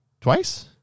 twice